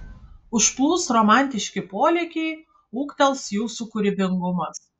užplūs romantiški polėkiai ūgtels jūsų kūrybingumas